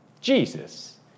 Jesus